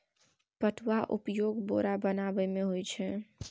पटुआक उपयोग बोरा बनेबामे होए छै